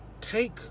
take